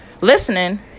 listening